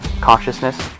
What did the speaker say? consciousness